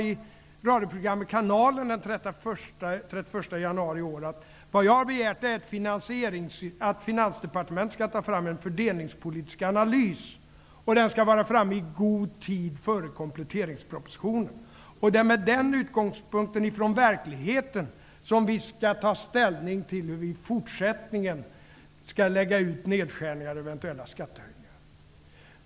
I radioprogrammet Kanalen den 31 januari i år sade Olof Johansson: Vad jag har begärt, det är att Finansdepartementet skall ta fram en fördelningspolitisk analys, och den skall vara framme i god tid före kompletteringspropositionen. Det är med den utgångspunkten från verkligheten som vi skall ta ställning till hur vi i fortsättningen skall lägga ut nedskärningar och eventuella skattehöjningar.